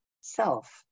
self